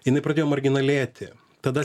jinai pradėjo marginalėti tada